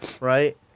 right